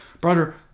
brother